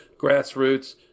grassroots